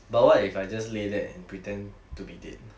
but what if I just lay there and pretend to be dead